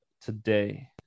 today